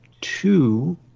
Two